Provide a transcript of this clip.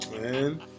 Man